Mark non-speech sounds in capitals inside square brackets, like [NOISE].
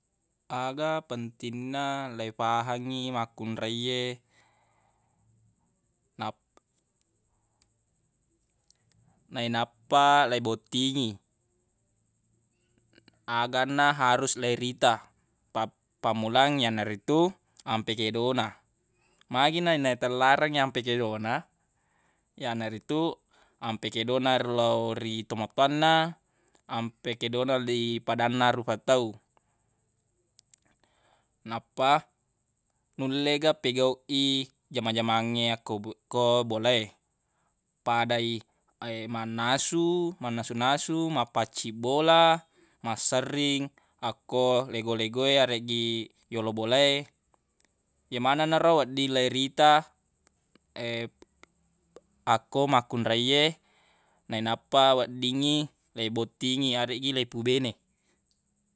Aga pentinna leipahangngi makkunreiye nap- [NOISE] nainappa leibottingi [NOISE] aganna harus leirita pappamulang yanaritu ampe kedo na magi nainatellareng ampe kedo na yanaritu ampe kedo na re lau ri tomatowanna ampe kedona leipadanna rupa tau nappa nulle ga pegauq i jama-jamangnge akko bo- akko bola e padai [HESITATION] mannasu mannasu-nasu mappaccing bola masserring akko lego-lego e areggi yolo bola e ye manenna ro wedding leirita [NOISE] [HESITATION] akko makkunreiye nainappa weddingngi leibottingi yareggi leipubene.